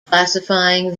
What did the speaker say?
classifying